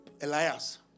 Elias